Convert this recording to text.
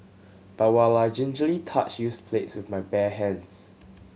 but while I gingerly touched used plates with my bare hands